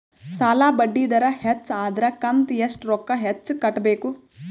ಸಾಲಾ ಬಡ್ಡಿ ದರ ಹೆಚ್ಚ ಆದ್ರ ಕಂತ ಎಷ್ಟ ರೊಕ್ಕ ಹೆಚ್ಚ ಕಟ್ಟಬೇಕು?